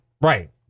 right